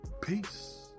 peace